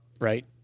right